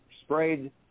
sprayed